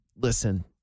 listen